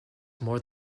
more